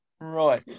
Right